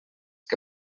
que